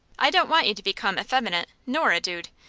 i don't want you to become effeminate nor a dude.